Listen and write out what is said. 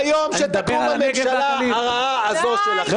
ביום שתקום הממשלה הרעה הזאת שלכם -- אני מדבר על הנגב והגליל,